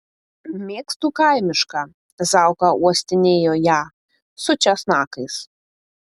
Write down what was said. mėgstu kaimišką zauka uostinėjo ją su česnakais